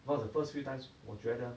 one of the first few times 我觉得